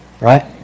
right